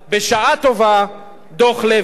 בשעה טובה, דוח-לוי.